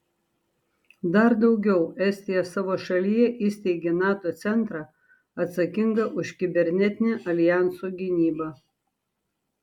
dar daugiau estija savo šalyje įsteigė nato centrą atsakingą už kibernetinę aljanso gynybą